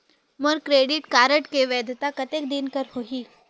मोर credit card के वैधता कतेक दिन कर होही?